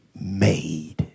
made